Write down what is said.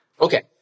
Okay